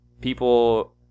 people